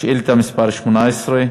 אין מתנגדים ואין נמנעים.